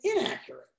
inaccurate